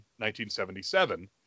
1977